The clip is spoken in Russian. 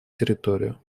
территорию